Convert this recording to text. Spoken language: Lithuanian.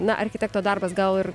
na architekto darbas gal ir